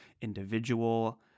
individual